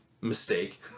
Mistake